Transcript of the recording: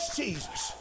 jesus